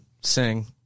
sing